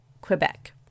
Quebec